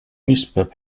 newspaper